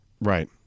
right